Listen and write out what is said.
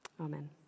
Amen